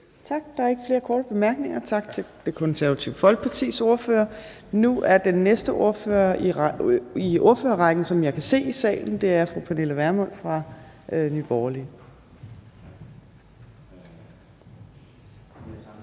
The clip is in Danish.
Tak. Der er ikke flere korte bemærkninger. Tak til Det Konservative Folkepartis ordfører. Nu er den næste ordfører i ordførerrækken, som jeg kan se i salen, fru Pernille Vermund fra Nye Borgerlige.